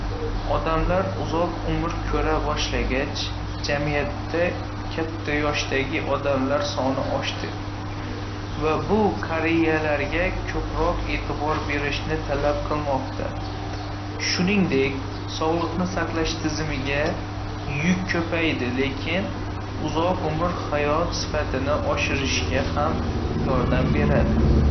Odamlar uzoq umr ko‘ra boshlagach, jamiyatda katta yoshdagi odamlar soni oshdi va bu qariyalarga ko‘proq e’tibor berishni talab qilmoqda. Shuningdek, sog‘liqni saqlash tizimiga yuk ko‘paydi, lekin uzoq umr hayot sifatini oshirishga ham yordam beradi.